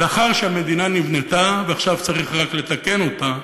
לאחר שהמדינה נבנתה ועכשיו צריך רק לתקן אותה,